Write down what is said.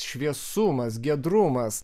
šviesumas giedrumas